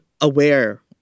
aware